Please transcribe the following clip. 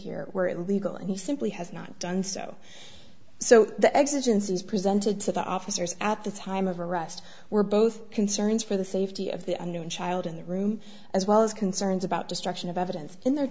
here were illegal and he simply has not done so so the exigencies presented to the officers at the time of arrest were both concerns for the safety of the unknown child in the room as well as concerns about destruction of evidence in their